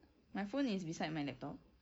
my phone is beside my laptop